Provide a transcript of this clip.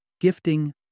Gifting